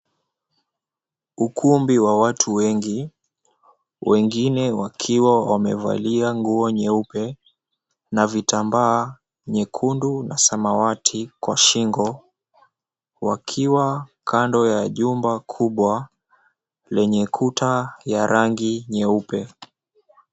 Ukumbi wa watu wengi, wengine wakiwa wamevalia nguo nyeupe na vitambaa nyekundu na samawati kwa shingo. Wakiwa kando ya jumba kubwa lenye kuta ya rangi nyeupe.